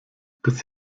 des